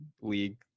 league